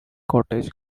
cottage